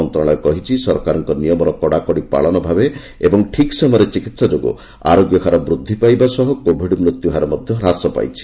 ମନ୍ତ୍ରଶାଳୟ କହିଛି ସରକାରଙ୍କ ନିୟମର କଡାକଡି ଭାବେ ପାଳନ ଓ ଠିକ୍ ସମୟରେ ଚିକିତ୍ସା ଯୋଗୁଁ ଆରୋଗ୍ୟ ହାର ବୃଦ୍ଧି ପାଇବା ସହ କୋବିଡ୍ ମୃତ୍ୟୁହାର ହ୍ରାସ ପାଇଛି